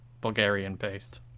Bulgarian-based